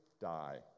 die